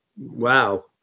wow